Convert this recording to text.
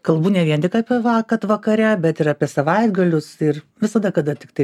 kalbu ne vien tik apie va kad vakare bet ir apie savaitgalius ir visada kada tiktai